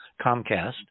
Comcast